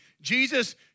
Jesus